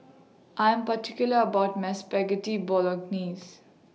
I Am particular about My Spaghetti Bolognese